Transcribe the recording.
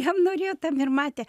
jam norėjo tam ir matė